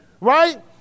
right